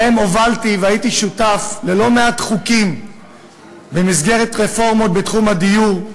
שבהם הובלתי והייתי שותף ללא-מעט חוקים במסגרת רפורמות בתחום הדיור,